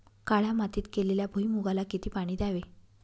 काळ्या मातीत केलेल्या भुईमूगाला किती पाणी द्यावे?